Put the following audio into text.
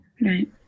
right